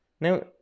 now